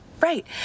right